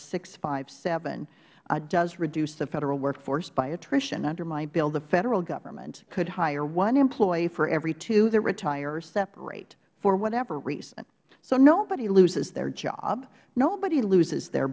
fifty seven does reduce the federal workforce by attrition under my bill the federal government could hire one employee for every two that retire or separate for whatever reason so nobody loses their job nobody loses their